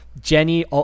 jenny